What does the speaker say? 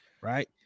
right